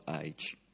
age